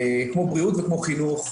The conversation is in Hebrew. בריאות וחינוך.